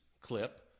clip